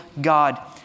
God